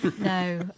No